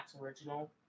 original